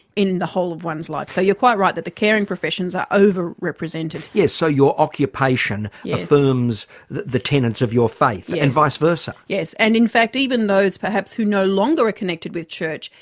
in the whole of one's life. so you're quite right, that the caring professions are over-represented. yes, so your occupation affirms the the tenets of your faith and vice versa. yes. yes, and in fact even those, perhaps, who no longer are connected with church,